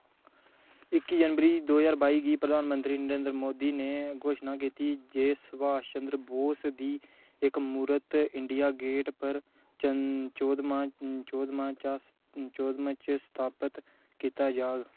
इक्की जनवरी दो ज्हार बाई गी प्रधान मंत्री नरेंद्र मोदी ने घोशना कीती जे सुभाष चंद्र बोस दी इक मूरत इंडिया गेट पर चौदमां च स्थापत कीती जाह्ग